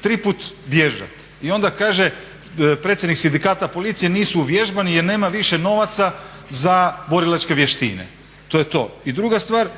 tri put bježati i onda kaže predsjednik sindikata policije nisu uvježbani jer nema više novaca za borilačke vještine. To je to. I druga stvar,